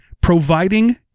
Providing